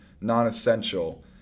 non-essential